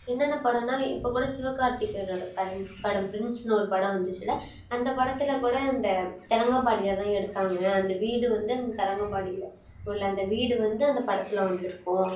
என்னென்ன படன்னால் இப்போக்கூட சிவகார்த்திக்கேயனோட படம் படம் ப்ரின்ஸ்ன்னு ஒரு படம் வந்துச்சுல்ல அந்த படத்தில்க்கூட இந்த தரங்கம்பாடியில் தான் எடுத்தாங்க அந்த வீடு வந்து அந்த தரங்கம்பாடியில் உள்ள அந்த வீடு வந்து அந்த படத்தில் வந்திருக்கும்